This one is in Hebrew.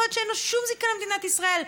יכול להיות שאין לו שום זיקה למדינת ישראל,